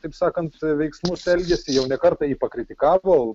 taip sakant veiksmus elgėsi jau ne kartą jį pakritikavo